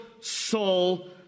soul